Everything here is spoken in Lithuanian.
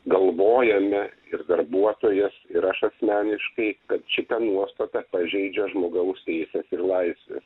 galvojame ir darbuotojus ir aš asmeniškai kad šita nuostata pažeidžia žmogaus teises ir laisves